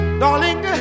darling